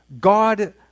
God